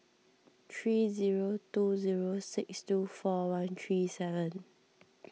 three zero two zero six two four one three seven